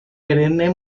perenne